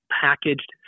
packaged